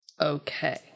Okay